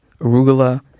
arugula